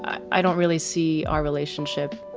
i don't really see our relationship.